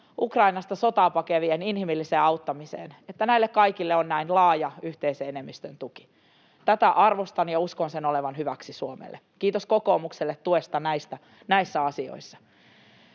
Ukrainasta sotaa pakenevien inhimilliseen auttamiseen, on näin laaja yhteisen enemmistön tuki. Tätä arvostan, ja uskon sen olevan hyväksi Suomelle. Kiitos kokoomukselle tuesta näissä asioissa.